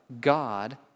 God